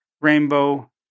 Rainbow